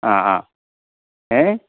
ആ ആ ഏ